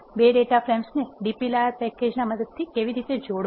બે data frames ને dplyr પેકેજની મદદથી કેવી રીતે જોડવા